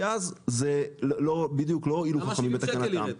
כי אז לא הועילו חכמים בתקנתם,